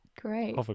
great